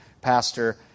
pastor